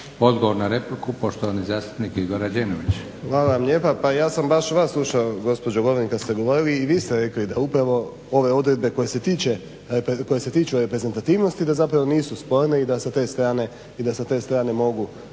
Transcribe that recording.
Odgovor na repliku, poštovani zastupnik Igor Rađenović. **Rađenović, Igor (SDP)** Hvala vam lijepa. Pa ja sam baš vas slušao gospođo Lovrin kad ste govorili i vi ste rekli da upravo ove odredbe koje se tiču reprezentativnosti da zapravo nisu sporne i da sa te strane mogu